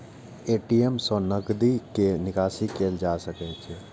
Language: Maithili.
ए.टी.एम सं नकदी के निकासी कैल जा सकै छै